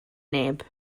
neb